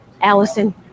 Allison